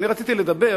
אני רציתי לדבר